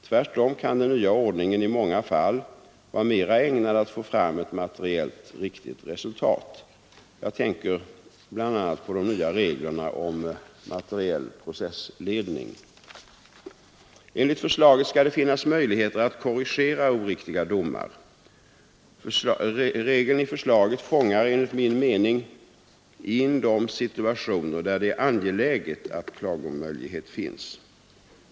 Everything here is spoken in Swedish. Tvärtom kan den nya ordningen i många fall vara mera ägnad att få fram ett materiellt riktigt resultat — jag tänker bl.a. på de nya reglerna om materiell processledning. Enligt förslaget skall det finnas möjligheter att korrigera oriktiga domar. Regeln i förslaget fångar enligt min mening in de situationer där det är angeläget att klagomöjlighet finns.